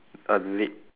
err lip